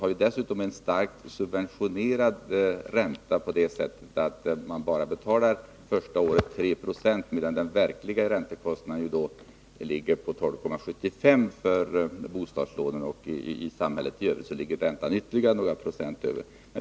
Jag vill peka på att vi har en starkt subventionerad ränta. Första året betalar man bara 3 96 ränta medan den verkliga räntekostnaden ligger på 12,75 90 för bostadslån. I samhället i övrigt ligger räntan dessutom ytterligare några procent högre.